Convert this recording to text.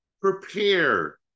prepare